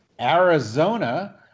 Arizona